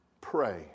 Pray